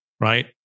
right